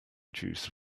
juice